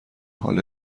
حال